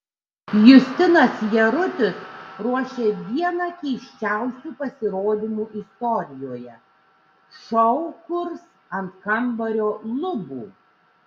justinas jarutis ruošia vieną keisčiausių pasirodymų istorijoje šou kurs ant kambario lubų